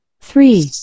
Three